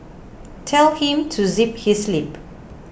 tell him to zip his lip